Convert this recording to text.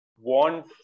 want